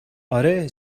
اره